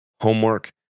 Homework